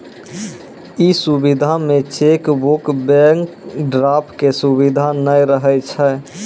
इ सुविधा मे चेकबुक, बैंक ड्राफ्ट के सुविधा नै रहै छै